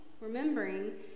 remembering